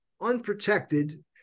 unprotected